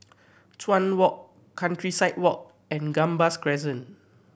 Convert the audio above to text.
Chuan Walk Countryside Walk and Gambas Crescent